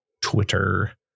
Twitter